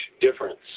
difference